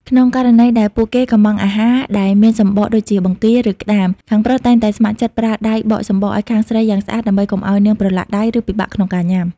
ក្នុងករណីដែលពួកគេកុម្ម៉ង់អាហារដែលមានសំបកដូចជាបង្គា ឬក្ដាម ខាងប្រុសតែងតែស្ម័គ្រចិត្តប្រើដៃបកសំបកឱ្យខាងស្រីយ៉ាងស្អាត ដើម្បីកុំឱ្យនាងប្រឡាក់ដៃ ឬពិបាកក្នុងការញ៉ាំ។